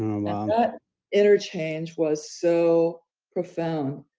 um um that interchange was so profound.